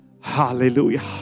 Hallelujah